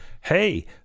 hey